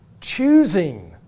Choosing